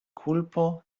kulpo